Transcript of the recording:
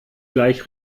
gleich